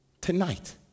tonight